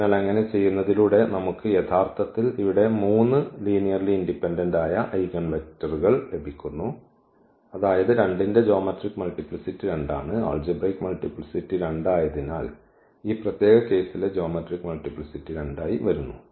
അതിനാൽ അങ്ങനെ ചെയ്യുന്നതിലൂടെ നമുക്ക് യഥാർത്ഥത്തിൽ ഇവിടെ 3 ലീനിയർലീ ഇൻഡിപെൻഡൻസ് ആയ ഐഗൻവെക്റ്റർ ലഭിക്കുന്നു അതായത് 2 ന്റെ ജ്യോമെട്രിക് മൾട്ടിപ്ലിസിറ്റി 2 ആണ് അൽജിബ്രൈക് മൾട്ടിപ്ലിസിറ്റി 2 ആയതിനാൽ ഈ പ്രത്യേക കേസിലെ ജ്യോമെട്രിക് മൾട്ടിപ്ലിസിറ്റി 2 ആയി വരുന്നു